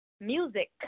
music